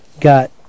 got